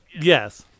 Yes